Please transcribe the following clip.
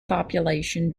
population